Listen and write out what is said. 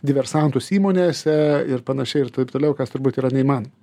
diversantus įmonėse ir panašiai ir taip toliau kas turbūt yra neįmanoma